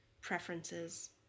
preferences